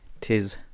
Tis